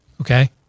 okay